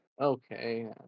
Okay